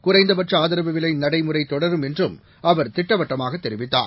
குறைந்தபட்ச ஆதரவு விலை நடைமுறை தொடரும் என்றும் அவர் திட்டவட்டமாகத் தெரிவித்தார்